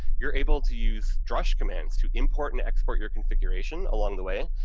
you're able to use drush commands to import and export your configuration along the way,